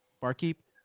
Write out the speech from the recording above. barkeep